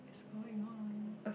it's going on